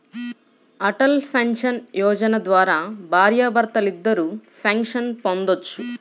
Atal Pension Yojana ద్వారా భార్యాభర్తలిద్దరూ pension పొందొచ్చు